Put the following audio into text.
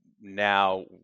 now